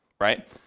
right